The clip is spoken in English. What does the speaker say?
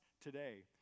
today